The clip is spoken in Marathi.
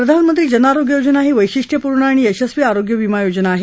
प्रधानमंत्री जन आरोग्य योजना ही वैशिष्टपूर्ण आणि यशस्वी आरोग्य विमा योजा आहे